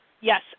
yes